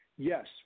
Yes